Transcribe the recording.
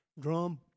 drum